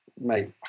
mate